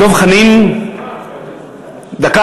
דב חנין, דקה.